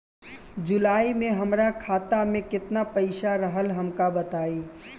जुलाई में हमरा खाता में केतना पईसा रहल हमका बताई?